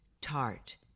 tart